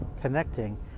connecting